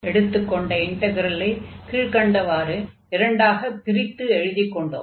எடுத்துக் கொண்ட இன்டக்ரலை கீழ்க்கண்டவாறு இரண்டாகப் பிரித்து எழுதிக்கொண்டோம்